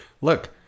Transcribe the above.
look